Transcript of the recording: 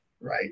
right